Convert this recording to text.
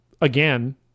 again